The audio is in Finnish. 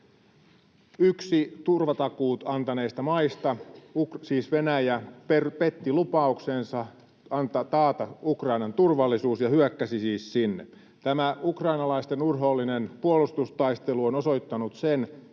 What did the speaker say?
Yksi turvatakuut antaneista maista, siis Venäjä, petti lupauksensa taata Ukrainan turvallisuus ja hyökkäsi siis sinne. Tämä ukrainalaisten urhoollinen puolustustaistelu on osoittanut sen,